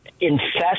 infest